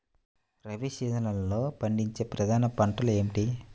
రబీ సీజన్లో పండించే ప్రధాన పంటలు ఏమిటీ?